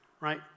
right